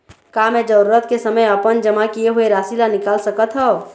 का मैं जरूरत के समय अपन जमा किए हुए राशि ला निकाल सकत हव?